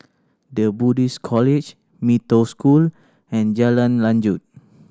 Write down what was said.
The Buddhist College Mee Toh School and Jalan Lanjut